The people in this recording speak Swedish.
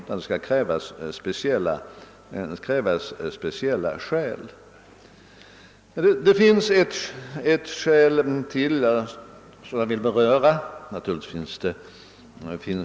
Skall man göra det, så krävs det speciella skäl härför.